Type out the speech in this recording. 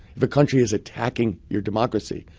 if a country is attacking your democracy,